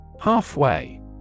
Halfway